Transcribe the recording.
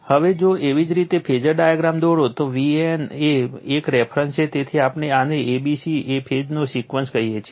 હવે જો એવી જ રીતે ફેઝર ડાયાગ્રામ દોરો તો Van એ એક રેફરન્સ છે તેથી આપણે આને a b c એ ફેઝનો સિક્વન્સ કહીએ છીએ